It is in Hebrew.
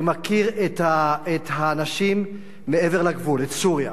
ומכיר את האנשים מעבר לגבול, את סוריה.